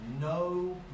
no